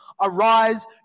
arise